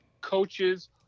coaches